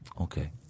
Okay